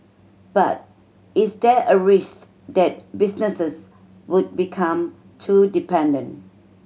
but is there a risk that businesses would become too dependent